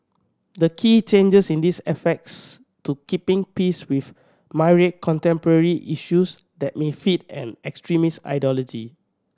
the key changes in these affects to keeping pace with myriad contemporary issues that may feed an extremist ideology